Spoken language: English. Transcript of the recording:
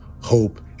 hope